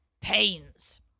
pains